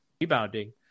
rebounding